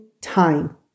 time